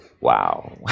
wow